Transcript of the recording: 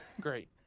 Great